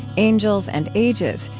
angels and ages,